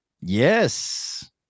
Yes